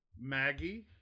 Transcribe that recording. Maggie